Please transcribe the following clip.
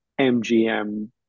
MGM